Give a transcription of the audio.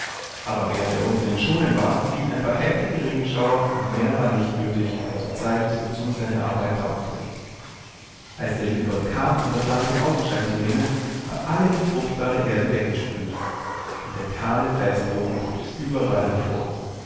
aber während er unten in schonen war fielen ein paar heftige regenschauer und mehr war nicht nötig um zu zeigen wozu seine arbeit taugte alsderliebegottkam umdaslandinaugenscheinzunehmen war alle die fruchtbare erde weggespült und der kahle felsboden guckte überall hervor